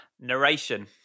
Narration